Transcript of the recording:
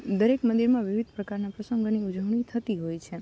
દરેક મંદિરમાં વિવિધ પ્રકારના પ્રસંગોની ઉજવણી થતી હોય છે